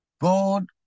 God